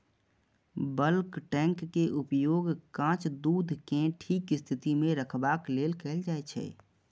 bulk tank के उपयोग कांच दूध कें ठीक स्थिति मे रखबाक लेल कैल जाइ छै